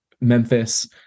Memphis